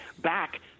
back